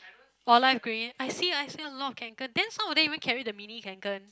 oh light grey I see I see a lot of Kanken then some of them even carry the mini Kanken